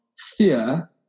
fear